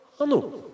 Ano